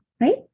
right